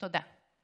תודה.